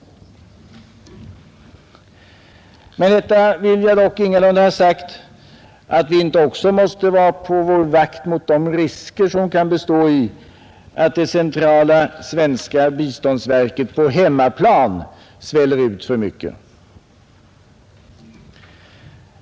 Med detta vill jag dock ingalunda ha sagt att vi inte också måste vara på vår vakt mot de risker som kan bestå i att det centrala svenska biståndsverket på hemmaplan sväller ut för mycket.